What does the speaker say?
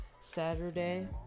Saturday